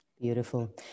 beautiful